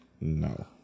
no